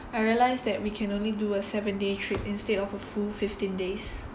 I realise that we can only do a seven day trip instead of a full fifteen days